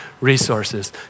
resources